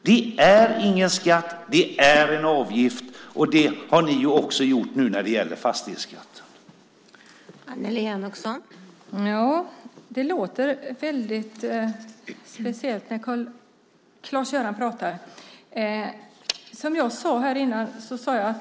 Det är ingen skatt det handlar om, det är en avgift, och det har ni också gjort fastighetsskatten till.